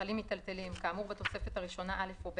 צרכןמכלים מיטלטלים כאמור בתוספת הראשונה א' או ב',